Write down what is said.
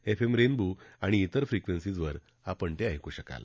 M M rainbow आणि तिर फ्रिक्वेन्सीजवर आपण ते ऐकू शकाल